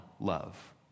love